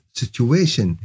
situation